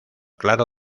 claro